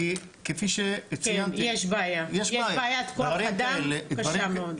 כי כפי שציינתי יש בעיה --- יש בעיית כוח אדם קשה מאוד.